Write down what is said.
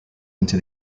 into